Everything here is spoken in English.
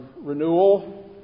renewal